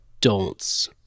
Don'ts